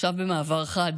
עכשיו במעבר חד